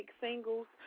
singles